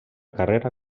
carrera